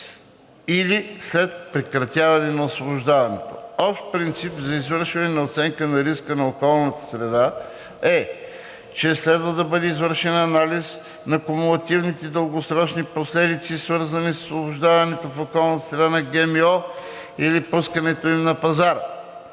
или след прекратяване на освобождаването. Общ принцип за извършването на оценка на риска за околната среда е, че следва да бъде извършен анализ на „кумулативните дългосрочни последици“, свързани с освобождаването в околната среда на ГМО или пускането им на пазара.